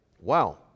Wow